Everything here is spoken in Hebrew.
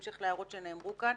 בהמשך להערות שנאמרו כאן,